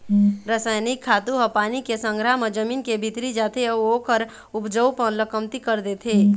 रसइनिक खातू ह पानी के संघरा म जमीन के भीतरी जाथे अउ ओखर उपजऊपन ल कमती कर देथे